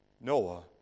Noah